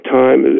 time